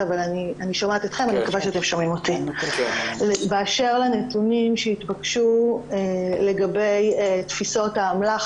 באשר לנתונים שהתבקשו לגבי תפיסות האמל"ח